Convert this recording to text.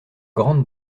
grande